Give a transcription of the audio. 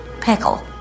pickle